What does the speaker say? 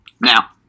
Now